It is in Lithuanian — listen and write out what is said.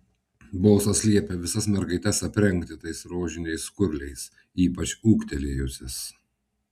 bosas liepia visas mergaites aprengti tais rožiniais skurliais ypač ūgtelėjusias